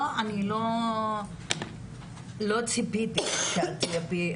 אני לא ציפיתי שאת תייפי.